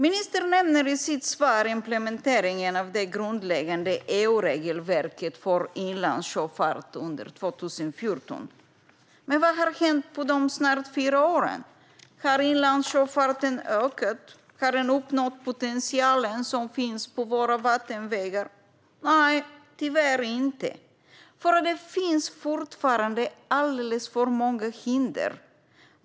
Ministern nämnde i sitt svar implementeringen av det grundläggande EU-regelverket för inlandssjöfart under 2014. Men vad har hänt under dessa snart fyra år? Har inlandssjöfarten ökat? Har den uppnått den potential som finns på våra vattenvägar? Nej, tyvärr inte. Det finns fortfarande alldeles för många hinder.